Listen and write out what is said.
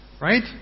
Right